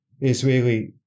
Israeli